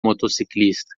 motociclista